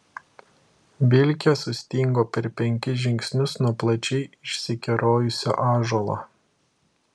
vilkė sustingo per penkis žingsnius nuo plačiai išsikerojusio ąžuolo